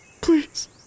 please